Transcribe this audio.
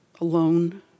alone